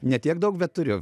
ne tiek daug bet turiu